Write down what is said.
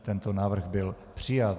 Tento návrh byl přijat.